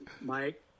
Mike